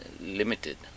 Limited